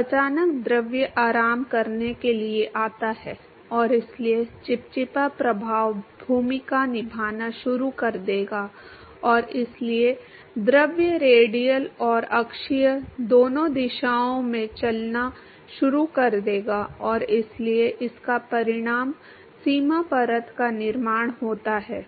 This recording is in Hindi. अचानक द्रव आराम करने के लिए आता है और इसलिए चिपचिपा प्रभाव भूमिका निभाना शुरू कर देगा और इसलिए द्रव रेडियल और अक्षीय दोनों दिशाओं में चलना शुरू कर देगा और इसलिए इसका परिणाम सीमा परत का निर्माण होता है